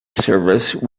service